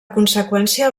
conseqüència